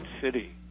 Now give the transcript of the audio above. city